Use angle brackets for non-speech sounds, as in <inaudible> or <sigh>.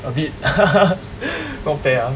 a bit <laughs> welfare ah